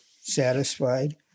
satisfied